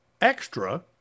extra